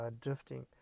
drifting